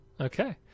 Okay